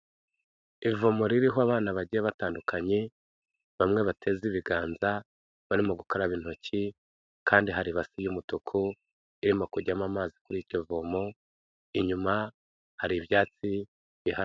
Ivomo ririho abana bagiye batandukanye bamwe bateze ibiganza barimo gukaraba intoki, kandi hari ibasi y'umutuku irimo kujyamo amazi kuri iryo vomo inyuma hari ibyatsi bihari.